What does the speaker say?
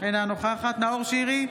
אינה נוכחת נאור שירי,